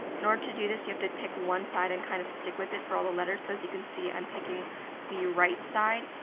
in order to do this, you have to pick one side and kind of stick with it for all the letters. so, as you can see, i'm picking the right side,